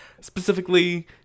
Specifically